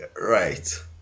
right